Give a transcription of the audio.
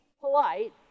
polite